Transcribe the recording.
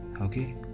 Okay